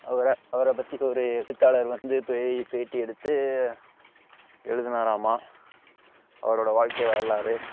அவரை அவரை பற்றி ஒரு எழுத்தாளர் வந்து போய் பேட்டி எடுத்து எழுதுனாராமா அவரோடய வாழ்க்கை வரலாறு